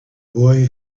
boy